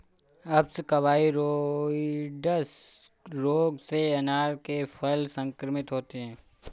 अप्सकवाइरोइड्स रोग से अनार के फल संक्रमित होते हैं